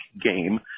game